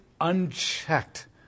unchecked